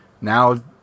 now